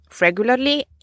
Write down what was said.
regularly